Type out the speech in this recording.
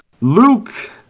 Luke